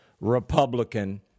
Republican